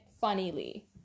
funnily